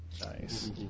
Nice